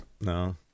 No